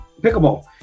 Pickleball